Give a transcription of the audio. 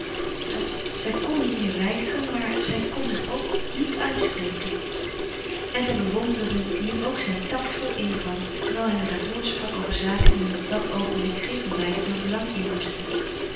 toch zij kon niet meer weigeren maar zij kon zich ook niet uitspreken en zij bewonderde nu ook zijn tact vol eenvoud terwijl hij met haar voortsprak over zaken die hun op dat oogenblik geen van beiden veel belang